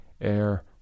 air